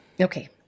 Okay